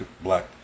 black